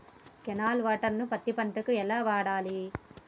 Canal water ను పత్తి పంట కి ఎలా వాడాలి?